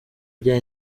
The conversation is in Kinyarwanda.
bya